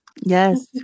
Yes